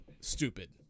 stupid